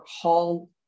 hall